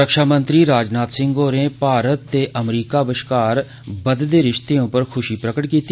रक्षामंत्री राजनाथ सिंह होरें भारत ते अमरीका बश्कार बद्दे रिश्ते उप्पर खूशी जाहिर कीती